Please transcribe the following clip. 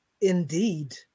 indeed